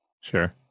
sure